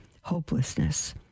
hopelessness